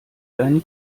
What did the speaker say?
deinen